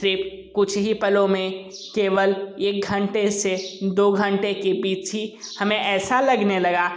सिर्फ़ कुछ ही पलों में केवल एक घंटे से दो घंटे के पीछी हमें ऐसा लगने लगा